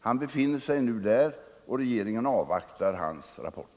Han befinner sig nu där och regeringen avvaktar hans rapport.